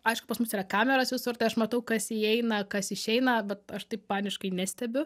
aišku pas mus yra kameros visur tai aš matau kas įeina kas išeina bet aš taip paniškai nestebiu